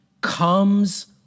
comes